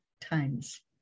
times